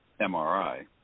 MRI